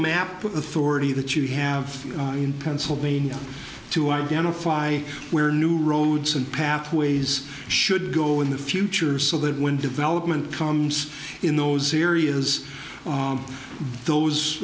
thorny that you have in pennsylvania to identify where new roads and pathways should go in the future so that when development comes in those areas those